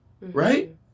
Right